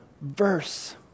verse